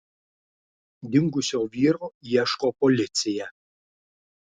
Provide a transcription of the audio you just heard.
dingusio vyro ieško policija